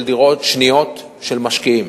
של דירות שניות של משקיעים.